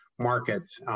markets